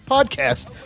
Podcast